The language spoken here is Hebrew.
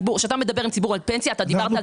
כשאתה מדבר עם ציבור על הפנסיה, אתה דיברת.